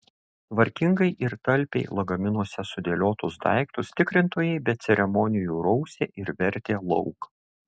tvarkingai ir talpiai lagaminuose sudėliotus daiktus tikrintojai be ceremonijų rausė ir vertė lauk